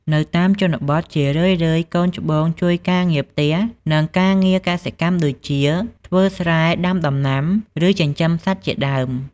នៅតាមជនបទ ជារឿយៗ កូនច្បងជួយធ្វើការងារផ្ទះ និងការងារកសិកម្មដូចជា ធ្វើស្រែ ដាំដំណាំ ឬ ចិញ្ចឹមសត្វជាដើម។។